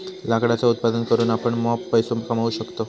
लाकडाचा उत्पादन करून आपण मॉप पैसो कमावू शकतव